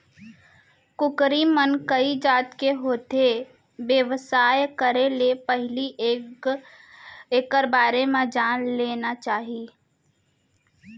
कुकरी मन कइ जात के होथे, बेवसाय करे ले पहिली एकर बारे म जान लेना चाही